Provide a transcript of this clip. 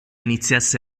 iniziasse